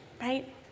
right